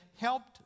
helped